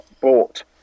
bought